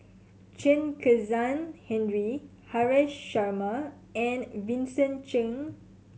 Chen Kezhan Henri Haresh Sharma and Vincent Cheng